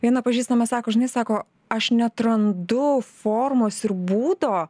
viena pažįstama sako žinai sako aš neatrandu formos ir būdo